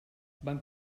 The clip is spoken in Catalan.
van